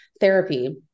therapy